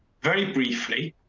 very briefly,